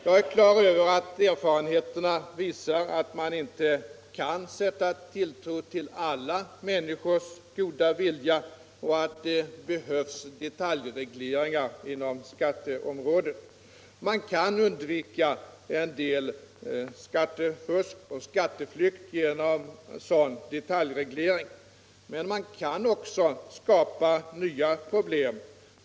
Jag är klar över att erfarenheterna visar att man inte kan sätta tilltro till alla människors goda vilja och att det behövs detaljregleringar inom skatteområdet. Man kan undvika en del skattefusk och skatteflykt genom sådan detaljreglering. Men man kan också skapa nya problem.